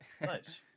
nice